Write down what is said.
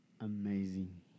amazing